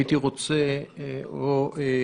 הייתי רוצה ממך,